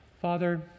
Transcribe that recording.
Father